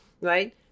Right